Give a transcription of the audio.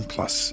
Plus